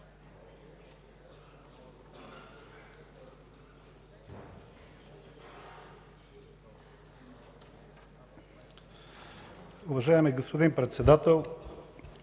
Уважаеми господин Председател,